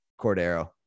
Cordero